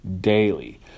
daily